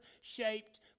shaped